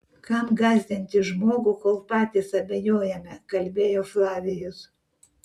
kam gąsdinti žmogų kol patys abejojame kalbėjo flavijus